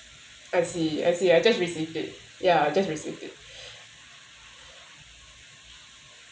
I see I see I just received it ya just I received it